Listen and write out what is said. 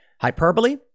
Hyperbole